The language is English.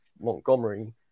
Montgomery